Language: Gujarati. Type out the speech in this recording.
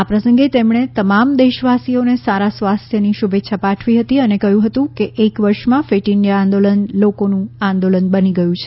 આ પ્રસંગે તેમણે તમામ દેશવાસીઓને સારા સ્વાસ્થ્યની શુભેચ્છા પાઠવી હતી અને કહ્યું કે એક વર્ષમાં ફીટ ઇન્ડિયા આંદો લન લોકોનું આંદોલન બની ગયું છે